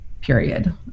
period